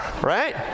Right